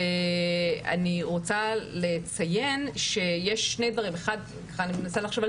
אני רוצה לציין שיש שני דברים אני מנסה לחשוב על